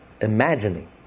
imagining